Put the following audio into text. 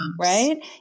Right